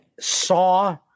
saw